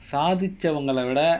சாதிச்சவங்கள விட:saathicchavangala vida